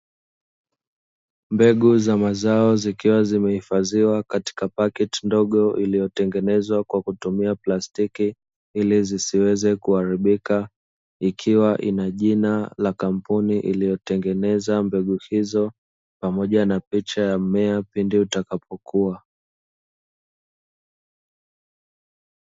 Mbegu za mazao zikiwa zimehifadhiwa katika pakiti ndogo iliyoyengenezwa kwa kutunumia plastiki, ili zisiweze kuharibika ikiwa ina jina la kampuni iliyotengeneza mbegu hizo, pamoja na picha ya mmea pindi utakapokua.